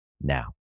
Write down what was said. now